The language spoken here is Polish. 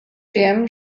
wiem